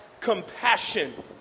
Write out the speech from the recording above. compassion